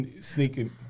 sneaking